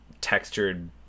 textured